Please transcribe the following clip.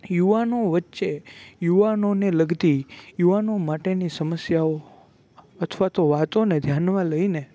યુવાનો વચ્ચે યુવાનોને લગતી યુવાનો માટેની સમસ્યાઓ અથવા તો વાતોને ધ્યાનમાં લઈને